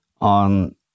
on